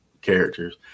characters